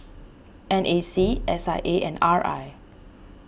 N A C S I A and R I